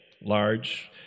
large